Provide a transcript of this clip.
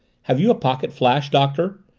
have you a pocket-flash, doctor?